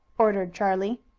ordered charlie.